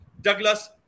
Douglas